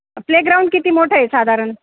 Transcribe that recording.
playground किती मोठं आहे साधारण